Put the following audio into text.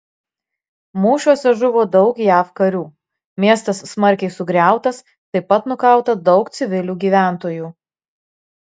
mūšiuose žuvo daug jav karių miestas smarkiai sugriautas taip pat nukauta daug civilių gyventojų